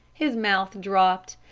his mouth dropped,